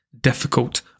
difficult